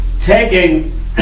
taking